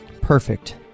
Perfect